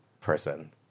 person